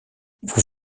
vous